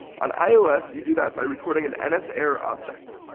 on ios, you do that by recording an and nserror object.